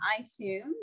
iTunes